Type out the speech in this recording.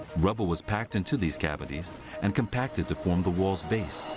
rubble was packed into these cavities and compacted to form the wall's base.